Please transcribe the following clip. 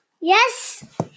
Yes